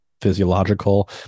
physiological